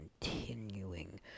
continuing